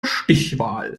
stichwahl